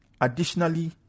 additionally